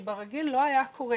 שבמצב רגיל זה לא היה קורה,